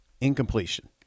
Incompletion